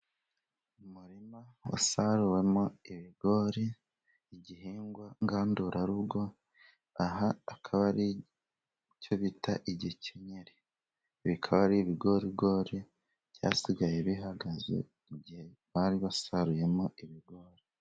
Umurima wasaruwemo ibigori, igihingwa ngandurarugo. Aha akaba ari cyo bita igikenyeri bikaba ari ibigorigori byasigaye bihagaze igihe bari basaruyemo ibigori.